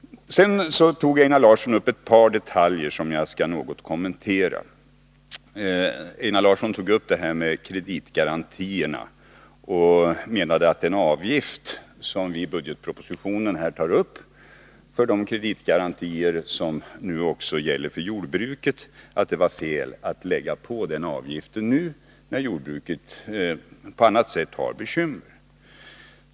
Einar Larsson berörde ett par detaljer som jag något skall kommentera. Einar Larsson tog upp det här med kreditgarantier och menade att det var fel att lägga på den avgift som vi i budgetpropositionen tar upp för kreditgarantierna just nu när jordbruket på annat sätt har bekymmer.